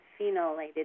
phenolated